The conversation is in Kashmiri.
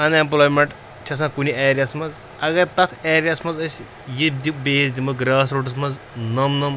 اَن ایٚمپلایمیٚنٛٹ چھِ آسان کُنہِ ایریاہَس منٛز اگر تَتھ ایریاہَس منٛز أسۍ یہِ بیٚیِس دِمو گرٛاس روٗٹس منٛز نَم نَم